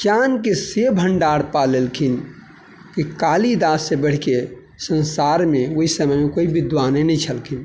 ज्ञानके से भण्डार पा लेलखिन कि कालिदाससँ बढ़िके संसारमे ओइ समयमे कोइ विद्वाने नहि छलखिन